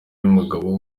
ry’umugabo